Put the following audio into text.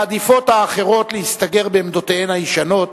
מעדיפות האחרות להסתגר בעמדותיהן הישנות,